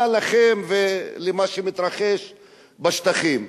מה לכם ולמה שמתרחש בשטחים?